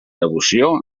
devoció